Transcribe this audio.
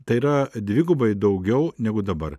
tai yra dvigubai daugiau negu dabar